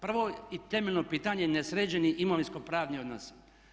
Prvo i temeljno pitanje ne sređeni imovinsko-pravni odnosi.